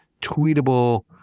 tweetable